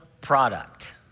product